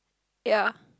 ya